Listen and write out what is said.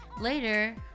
later